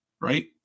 right